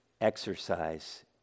exercise